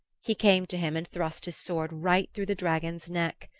he came to him and thrust his sword right through the dragon's neck.